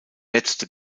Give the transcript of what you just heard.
letzte